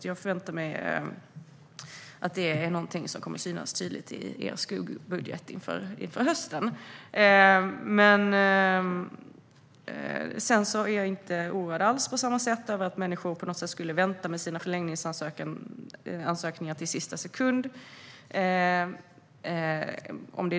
Jag förväntar mig att det här är något som kommer att synas tydligt i er skuggbudget inför hösten. Till skillnad från er är jag inte alls orolig för att människor kommer att vänta med sina förlängningsansökningar till sista sekund.